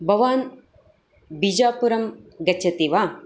भवान् बिजापुरम् गच्छति वा